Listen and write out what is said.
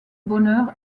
bonheur